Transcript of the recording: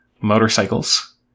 motorcycles